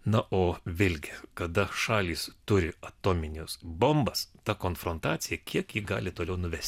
na o vėlgi kada šalys turi atomines bombas ta konfrontacija kiek ji gali toliau nuvesti